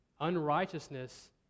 unrighteousness